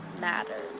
matters